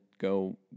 go